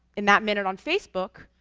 in that minute on facebook,